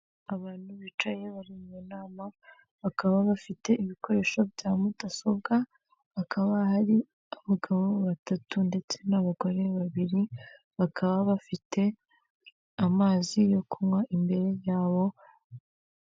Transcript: Abantu bicaye bari mu nama bakaba bafite ibikoresho bya mudasobwa ,hakaba hari abagabo batatu ndetse n'abagore babiri bakaba bafite amazi yo kunywa imbere y'abo.